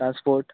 transport